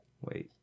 Wait